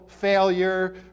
failure